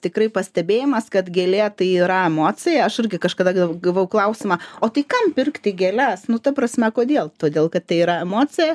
tikrai pastebėjimas kad gėlė tai yra emocija aš irgi kažkada ga gavau klausimą o tai kam pirkti gėles nu ta prasme kodėl todėl kad tai yra emocija